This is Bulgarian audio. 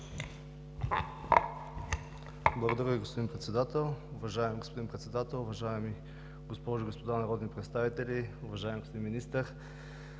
Благодаря Ви, господин Председател. Уважаеми господин Председател, уважаеми госпожи и господа народни представители, уважаеми господин Министър!